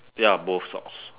ya both socks